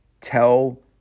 Tell